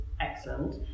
excellent